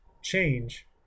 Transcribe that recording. Change